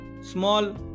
small